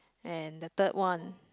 and the third one